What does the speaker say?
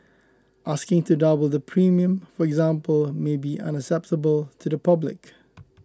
asking to double the premium for example may be unacceptable to the public